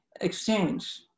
exchange